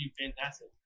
fantastic